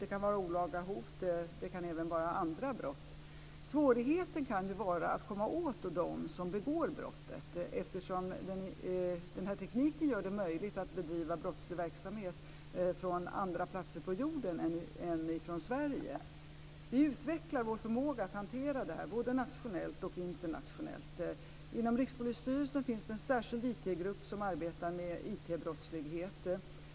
Det kan vara olaga hot. Det kan även vara andra brott. Svårigheten kan vara att komma åt dem som begår brottet eftersom tekniken gör det möjligt att bedriva brottslig verksamhet från andra platser på jorden än från Sverige. Vi utvecklar vår förmåga att hantera det här både nationellt och internationellt. Inom Rikspolisstyrelsen finns det en särskild IT-grupp som arbetar med IT brottslighet.